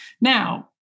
Now